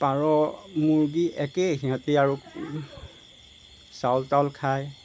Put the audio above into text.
পাৰ মুৰ্গী একেই সিহঁতি আৰু চাউল তাউল খায়